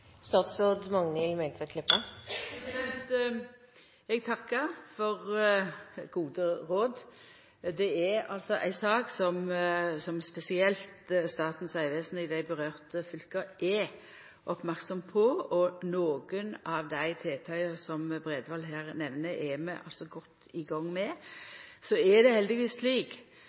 for gode råd. Dette er ei sak som spesielt Statens vegvesen i dei berørte fylka er merksam på, og nokre av de tiltaka som Bredvold her nemner, er vi altså godt i gang med. Så er det heldigvis slik